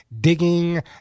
digging